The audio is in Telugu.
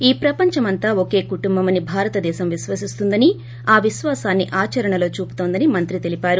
ఈ ప్రపంచమంతా ఒకే కుటుంబం అని భారత దేశం విశ్వసిస్తుందని ఆ విశ్వాసాన్ని ఆచరణలో చూపుతోందని మంత్రి తెలిపారు